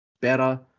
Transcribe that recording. better